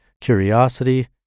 curiosity